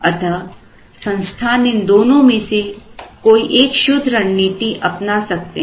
अतः संस्थान इन दोनों में से कोई एक शुद्ध रणनीति अपना सकते हैं